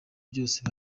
byose